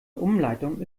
umleitung